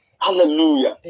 Hallelujah